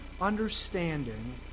understanding